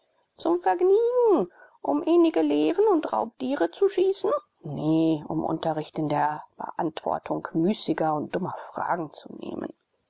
zum vergniegen um enige lewen und raubdiere zu schießen nee um unterricht in der beantwortung müßiger und dummer fragen zu nehmen